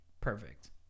perfect